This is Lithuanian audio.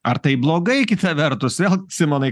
ar taipblogai kita vertus vėl simonai